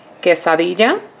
quesadilla